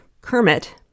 Kermit